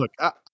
Look